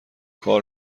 کار